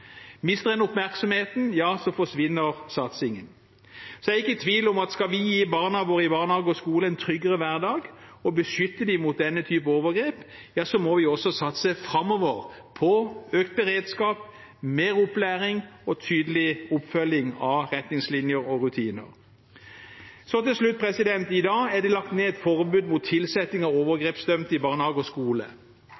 Mister en oppmerksomheten, så forsvinner satsingen. Jeg er ikke tvil om at skal vi gi barna våre i barnehage og skole en tryggere hverdag og beskytte dem mot denne typen overgrep, må vi også framover satse på økt beredskap, mer opplæring og tydelig oppfølging av retningslinjer og rutiner. Til slutt: I dag er det forbud mot tilsetting av